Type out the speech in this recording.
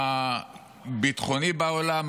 למעמדנו הביטחוני בעולם,